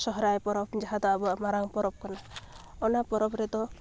ᱥᱚᱨᱦᱟᱭ ᱯᱚᱨᱚᱵᱽ ᱡᱟᱦᱟᱸ ᱫᱚ ᱟᱵᱚᱣᱟᱜ ᱢᱟᱨᱟᱝ ᱯᱚᱨᱚᱵᱽ ᱠᱟᱱᱟ ᱚᱱᱟ ᱯᱚᱨᱚᱵᱽ ᱨᱮᱫᱚ